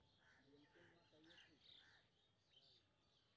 जलवायु और मौसम में कि अंतर छै?